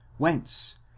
Whence